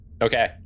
Okay